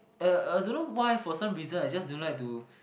uh I don't know why for some reason I just don't like to